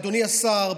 אדוני השר,